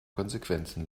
konsequenzen